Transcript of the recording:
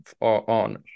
on